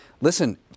listen